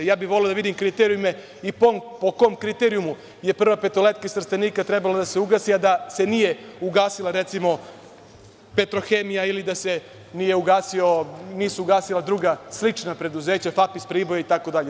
Voleo bih da vidim kriterijume i po kom kriterijumu je Prva petoletka iz Trstenika trebala da se ugasi, a da se nije ugasila recimo Petrohemija, da se nisu ugasila druga slična preduzeća, FAP iz Priboja itd.